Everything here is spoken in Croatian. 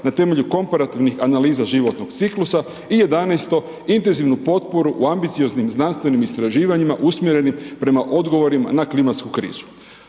na temelju komparativnih analiza životnog ciklusa i jedanaesto, intenzivnu potporu u ambicioznim i znanstvenim istraživanjima usmjerenih prema odgovorima na klimatsku krizu.